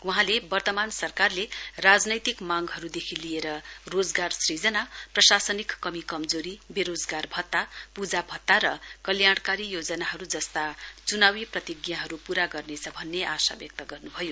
वहाँले वर्तमान सरकारले राजनैतिक मांगहरूदेखि लिएर रोजगार सुजना प्रशासनिक कमी कमजोरी वेरोजगार भत्ता पूजा भत्ता र कल्याणकारी योजनाहरू जस्ता च्नावी प्रतिज्ञाहरू पूरा गर्नेछ भन्ने आशा व्यक्त गर्न्भयो